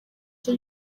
cyo